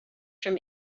from